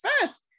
first